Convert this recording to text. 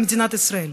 במדינת ישראל.